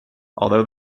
although